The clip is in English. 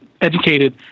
educated